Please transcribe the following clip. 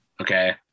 okay